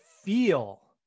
feel